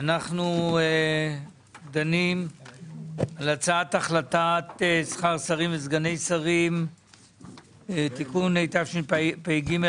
אנחנו דנים להצעת החלטת שכר שרים וסגני שרים (תיקון) התשפ"ג-